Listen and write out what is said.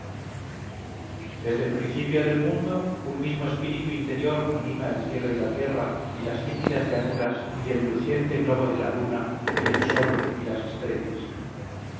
desde el principio del mundo un mismo espíritu interior anima el cielo y la tierra y las líquidas llanuras y el luciente globo de la luna y el sol y las estrellas